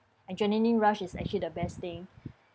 adrenalin rush is actually the best thing